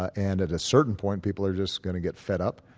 ah and at a certain point people are just going to get fed up.